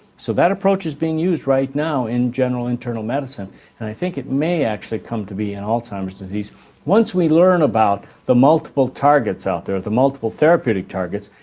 so that approach is being used right now in general internal medicine and i think it may actually come to be in alzheimer's disease once we learn about the multiple targets out there, the multiple therapeutic targets,